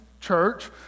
church